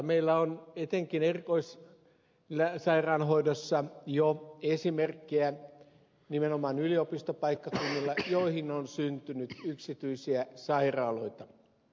meillä on etenkin erikoissairaanhoidossa jo esimerkkejä nimenomaan yliopistopaikkakunnilla joihin on syntynyt yksityisiä sairaaloita